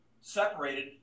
separated